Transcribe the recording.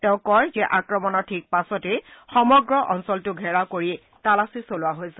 তেওঁ কয় যে আক্ৰমণৰ ঠিক পাছতেই সমগ্ৰ অঞ্চলটো ঘেৰাও কৰি তালাচী চলোৱা হৈছে